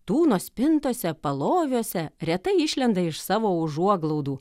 tūno spintose paloviuose retai išlenda iš savo užuoglaudų